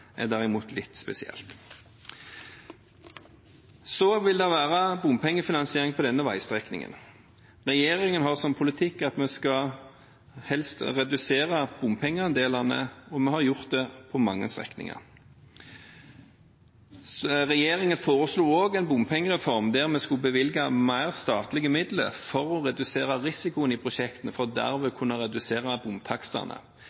derimot litt spesielt. Så vil det være bompengefinansiering på denne veistrekningen. Regjeringen har som politikk at vi helst skal redusere bompengeandelene, og vi har gjort det på mange strekninger. Regjeringen foreslo også en bompengereform der vi skulle bevilge mer statlige midler for å redusere risikoen i prosjektene, for derved å kunne redusere bomtakstene. Det ville gitt en ytterligere reduksjon i takstene